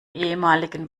ehemaligen